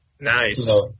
Nice